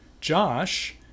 Josh